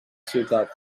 ciutat